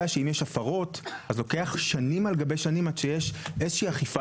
שאם יש הפרות אז לוקח שנים על גבי שנים עד שיש איזושהי אכיפה